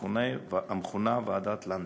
המכונה ועדת לנדס.